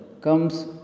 comes